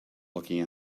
looking